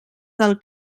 del